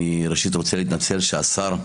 אני ראשית רוצה להתנצל שהשר,